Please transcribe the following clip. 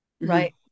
right